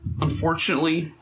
unfortunately